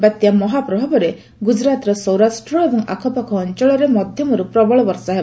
ବାତ୍ୟା ମହା ପ୍ରଭାବରେ ଗୁଜୁରାଟ୍ର ସୌରାଷ୍ଟ୍ର ଏବଂ ଆଖପାଖ ଅଞ୍ଚଳରେ ମଧ୍ୟମରୁ ପ୍ରବଳ ବର୍ଷା ହେବ